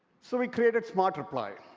so we created smart reply.